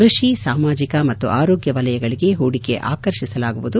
ಕೃಷಿ ಸಾಮಾಜಿಕ ಮತ್ತು ಆರೋಗ್ಯ ವಲಯಗಳಿಗೆ ಪೂಡಿಕೆ ಆಕರ್ಷಿಸಲಾಗುವುದು